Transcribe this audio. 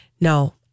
No